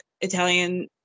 Italian